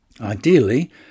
Ideally